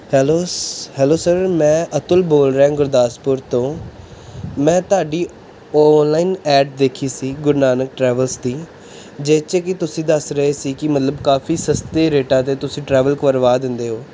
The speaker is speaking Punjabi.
ਹੈਲੋ ਹੈਲੋ ਸਰ ਮੈਂ ਅਤੁਲ ਬੋਲ ਰਿਹਾ ਗੁਰਦਾਸਪੁਰ ਤੋਂ ਮੈਂ ਤੁਹਾਡੀ ਔਨਲਾਈਨ ਐਡ ਦੇਖੀ ਸੀ ਗੁਰੂ ਨਾਨਕ ਟਰੈਵਲਸ ਦੀ ਜਿਸ 'ਚ ਕਿ ਤੁਸੀਂ ਦੱਸ ਰਹੇ ਸੀ ਕਿ ਮਤਲਬ ਕਾਫ਼ੀ ਸਸਤੇ ਰੇਟਾਂ 'ਤੇ ਤੁਸੀਂ ਟਰੈਵਲ ਕਰਵਾ ਦਿੰਦੇ ਹੋ